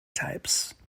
types